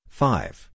five